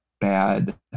bad